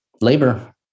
labor